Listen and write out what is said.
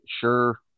sure